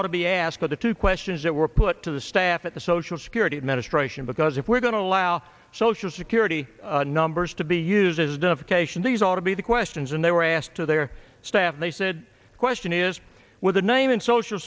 ought to be asked but the two questions that were put to the staff at the social security administration because if we're going to allow social security numbers to be used as duff cation these ought to be the questions and they were asked to their staff they said the question is with the name and social